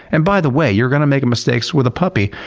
and, by the way, you're going to make mistakes with the puppy.